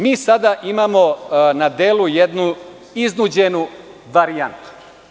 Mi sada imamo na delu jednu iznuđenu varijantu.